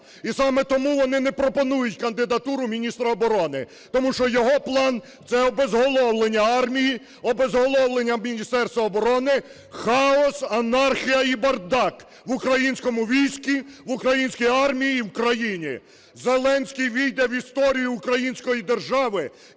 і саме тому вони не пропонують кандидатуру міністра оборони. Тому що його план – це обезголовлення армії, обезголовлення Міністерства оборони, хаос, анархія і бардак в українському війську, в українській армії і в країні. Зеленський ввійде в історію української держави